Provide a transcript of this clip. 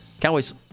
Cowboys